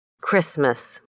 Christmas